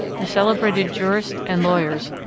the celebrated jurists and lawyers,